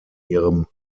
ihrem